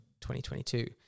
2022